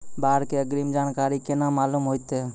बाढ़ के अग्रिम जानकारी केना मालूम होइतै?